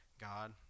God